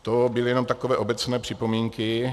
To byly jenom takové obecné připomínky.